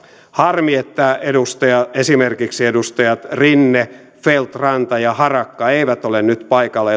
harmi että esimerkiksi edustajat rinne feldt ranta ja harakka eivät ole nyt paikalla